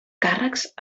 càrrecs